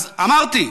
אז אמרתי,